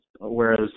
Whereas